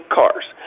cars